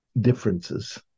differences